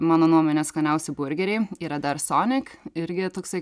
mano nuomone skaniausi burgeriai yra dar sonic irgi toksai